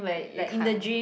you can't